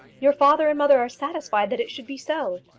your father and mother are satisfied that it should be so.